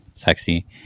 sexy